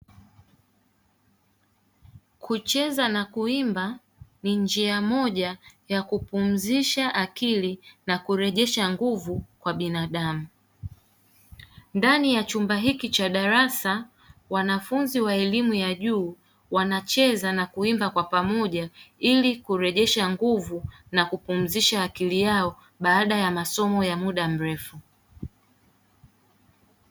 Kucheza na kuimba ni njia moja ya kupumzisha akili na kurejesha nguvu kwa binadamu. Ndani ya chumba hiki cha darasa, wanafunzi wa elimu ya juu wanacheza na kuimba kwa pamoja ili kurejesha nguvu na kupumzisha akili yao baada ya masomo ya muda mrefu.